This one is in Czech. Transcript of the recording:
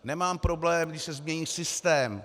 Nemám problém, když se změní systém.